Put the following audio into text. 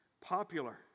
popular